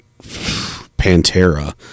pantera